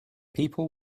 people